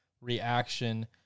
reaction